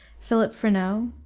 philip freneau,